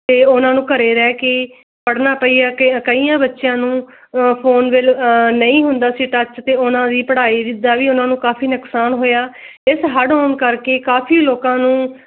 ਅਤੇ ਉਹਨਾਂ ਨੂੰ ਘਰ ਰਹਿ ਕੇ ਪੜ੍ਹਨਾ ਪਈ ਆ ਕਿ ਕਈਆਂ ਬੱਚਿਆਂ ਨੂੰ ਫੋਨ ਵਿਹਲਾ ਨਹੀਂ ਹੁੰਦਾ ਸੀ ਟੱਚ ਅਤੇ ਉਹਨਾਂ ਦੀ ਪੜ੍ਹਾਈ ਜਿੱਦਾਂ ਵੀ ਉਹਨਾਂ ਨੂੰ ਕਾਫੀ ਨੁਕਸਾਨ ਹੋਇਆ ਇਸ ਹੜ੍ਹ ਆਉਣ ਕਰਕੇ ਕਾਫੀ ਲੋਕਾਂ ਨੂੰ